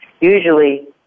Usually